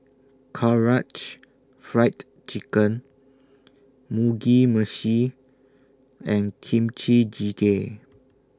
Karaage Fried Chicken Mugi Meshi and Kimchi Jjigae